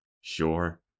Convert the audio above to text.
Sure